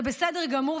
זה בסדר גמור,